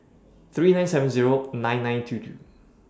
three nine seven nine nine two two